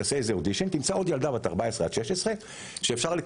תעשה איזה אודישן ותמצא עוד ילדה בת 14 עד